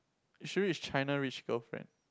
you should read China-Rich-Girlfriend